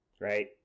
right